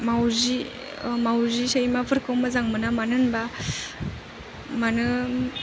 मावजि मावजि सैमाफोरखौ मोजां मोना होनबा मानो